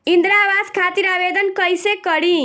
इंद्रा आवास खातिर आवेदन कइसे करि?